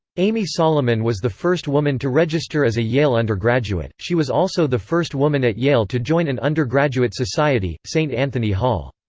amy solomon was the first woman to register as a yale undergraduate she was also the first woman at yale to join an undergraduate society, st. anthony hall.